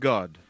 God